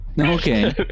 Okay